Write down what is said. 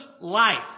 life